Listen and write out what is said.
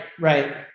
right